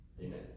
Amen